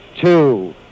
two